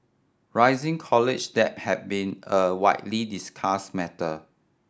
rising college debt has been a widely discussed matter